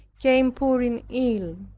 came pouring in.